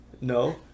no